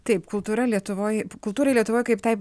taip kultūra lietuvoj kultūrai lietuvoj kaip taip